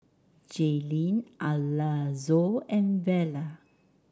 Jaylene Alonzo and Vela